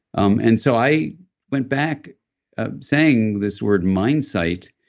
um and so i went back ah saying this word mindsight,